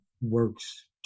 works